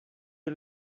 you